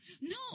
No